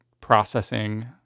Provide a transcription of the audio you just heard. processing